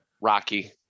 Rocky